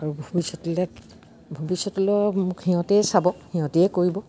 আৰু ভৱিষ্যতলে ভৱিষ্যতলৈ মোক সিহঁতেই চাব সিহঁতেই কৰিব